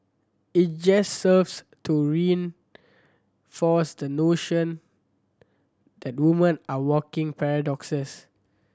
it just serves to reinforce the notion that woman are walking paradoxes